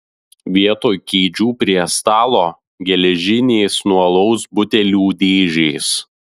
vietoj kėdžių prie stalo geležinės nuo alaus butelių dėžės